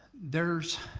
there's